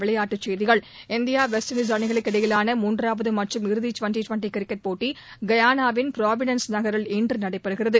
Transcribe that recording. விளையாட்டுச் செய்திகள் India West Indies அணிகளுக்கிடையேயான மூன்றாவது மற்றும் இறுதி டுவெண்ட்டி டுவெண்ட்டி கிரிக்கெட் போட்டி கயனாவின் பிராவிடன்ஸ் நகரில் இன்று நடைபெறுகிறது